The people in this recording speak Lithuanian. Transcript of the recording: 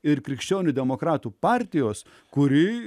ir krikščionių demokratų partijos kuri